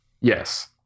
Yes